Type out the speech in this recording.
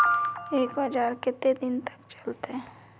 एक औजार केते दिन तक चलते?